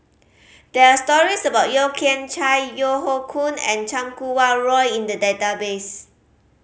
there are stories about Yeo Kian Chai Yeo Hoe Koon and Chan Kum Wah Roy in the database